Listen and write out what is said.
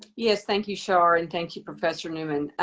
yes, thank you shar and thank you, professor newman.